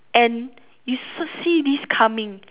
and you s~ see this coming